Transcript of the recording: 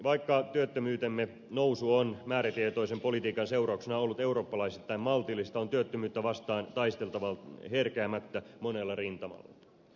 vaikka työttömyytemme nousu on määrätietoisen politiikan seurauksena ollut eurooppalaisittain maltillista on työttömyyttä vastaan taisteltava herkeämättä monella rintamalla